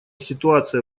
ситуация